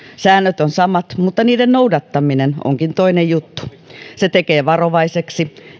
säännöt ovat samat mutta niiden noudattaminen onkin toinen juttu se tekee varovaiseksi